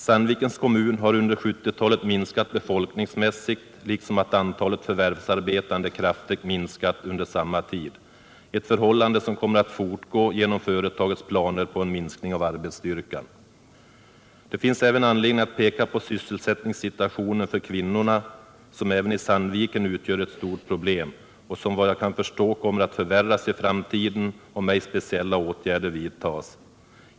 Sandvikens kommun har under 1970-talet minskat befolkningsmässigt liksom antalet förvärvsarbetande kraftigt minskat under samma tid, ett förhållande som kommer att fortgå genom företagets planer på en minskning av arbetsstyrkan. Det finns anledning att peka på sysselsättningssituationen för kvinnorna som även i Sandviken utgör ett stort problem och som, vad jag kan förstå, kommer att förvärras i framtiden om ej speciella åtgärder vidtas.